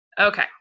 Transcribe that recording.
Okay